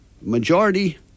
majority